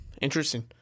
Interesting